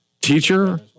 teacher